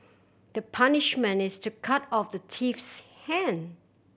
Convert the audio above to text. the punishment is to cut off the thief's hand